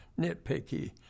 nitpicky